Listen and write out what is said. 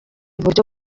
buryo